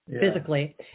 physically